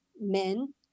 men